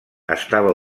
estava